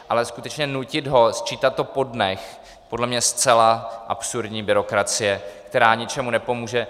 Ale skutečně ho nutit sčítat to po dnech je podle mě zcela absurdní byrokracie, která ničemu nepomůže.